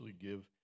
give